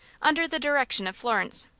under the direction of florence.